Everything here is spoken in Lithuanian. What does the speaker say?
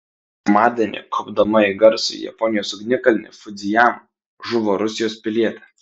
pirmadienį kopdama į garsųjį japonijos ugnikalnį fudzijamą žuvo rusijos pilietė